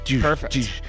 perfect